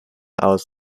aus